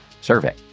survey